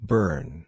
Burn